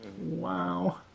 Wow